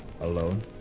Alone